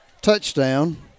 touchdown